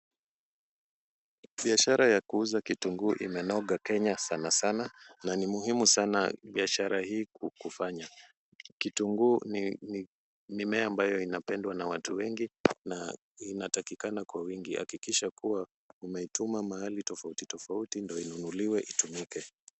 Biashara ya kuuza kitunguu imenoga kenya sana sana na ni muhimu sana biashara hii kufanya. Kitunguu ni mimea ambayo inapendwa na watu wengi na inatakikana kwa wingi. Hakikisha kuwa umeituma mahali tofauti tofauti ndio inunuliwe itumike.